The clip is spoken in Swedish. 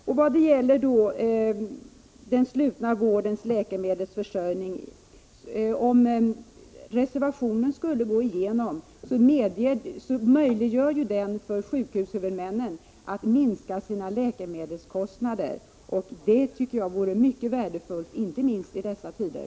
Om reservationen om den slutna vårdens läkemedelsförsörjning går igenom möjliggör det för sjukhushuvudmännen att minska sina läkemedelskostnader, och det tycker jag vore mycket värdefullt, inte minst i dessa tider.